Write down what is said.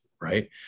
right